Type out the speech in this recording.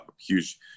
huge